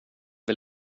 väl